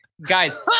guys